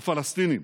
הפלסטינים.